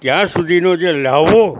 ત્યાં સુધીનો જે લહાવો